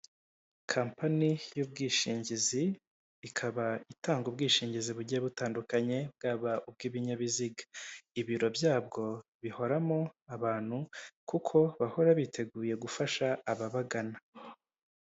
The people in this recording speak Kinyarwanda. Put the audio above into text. Kampani y'ubwishingizi, ikaba itanga ubwishingizi bugiye butandukanye, bwaba ubw'ibinyabiziga. Ibiro byabwo bihoramo abantu, kuko bahora biteguye gufasha ababagana.